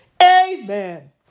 Amen